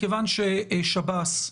מכיוון ששב"ס,